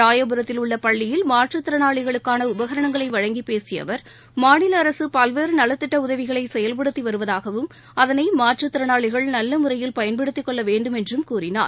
ராயபுரத்தில் உள்ள பள்ளியில் மாற்றுத்திறனாளிகளுக்கான உபகரணங்களை வழங்கிப் பேசிய அவர் மாநில அரசு பல்வேறு நலத்திட்ட உதவிகளை செயல்படுத்தி வருவதாகவும் அதனை மாற்றுத்திறனாளிகள் நல்ல முறையில் பயன்படுத்திக் கொள்ள வேண்டும் என்றும் கூறினார்